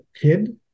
kid